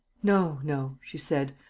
no, no, she said,